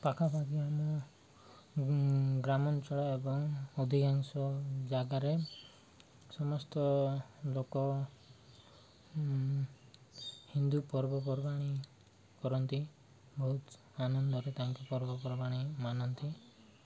ପାଖାପାଖି ଆମ ଗ୍ରାମାଞ୍ଚଳ ଏବଂ ଅଧିକାଂଶ ଜାଗାରେ ସମସ୍ତ ଲୋକ ହିନ୍ଦୁ ପର୍ବପର୍ବାଣି କରନ୍ତି ବହୁତ ଆନନ୍ଦରେ ତାଙ୍କ ପର୍ବପର୍ବାଣି ମାନନ୍ତି